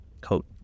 Coat